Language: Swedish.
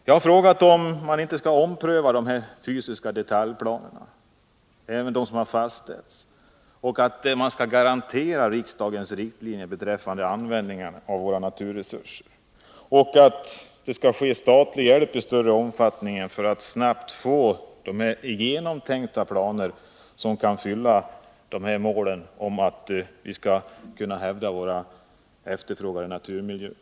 Jag har frågat om man inte skall ompröva de fysiska detaljplanerna — även dem som fastställts — för att garantera riksdagens riktlinjer beträffande användningen av våra gemensamma naturresurser. Jag anser att det behövs statlig hjälp av större omfattning för att snabbt få fram genomtänkta planer för att uppnå målet när det gäller våra efterfrågade naturmiljöer.